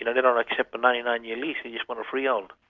you know they don't accept the ninety nine year lease, they just want a freehold.